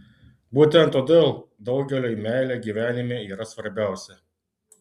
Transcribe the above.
būtent todėl daugeliui meilė gyvenime yra svarbiausia